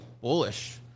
bullish